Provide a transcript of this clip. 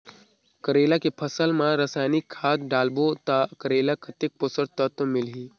करेला के फसल मा रसायनिक खाद डालबो ता करेला कतेक पोषक तत्व मिलही?